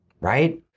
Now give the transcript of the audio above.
right